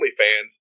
OnlyFans